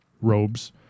robes